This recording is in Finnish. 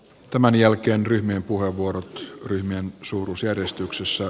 tämän jälkeen ryhmien puheenvuorot ryhmien suuruusjärjestyksessä